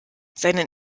seinen